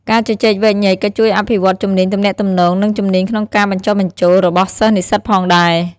ការជជែកវែកញែកក៏ជួយអភិវឌ្ឍជំនាញទំនាក់ទំនង និងជំនាញក្នុងការបញ្ចុះបញ្ចូលរបស់សិស្សនិស្សិតផងដែរ។